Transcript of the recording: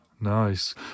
Nice